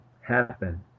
happen